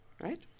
right